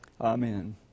Amen